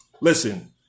Listen